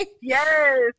Yes